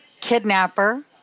kidnapper